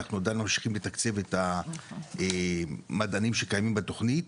אנחנו עדיין ממשיכים לתקצב את המדענים שקיימים בתוכנית,